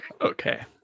Okay